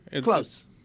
Close